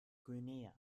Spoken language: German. guinea